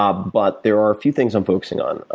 ah but there are a few things i'm focusing on.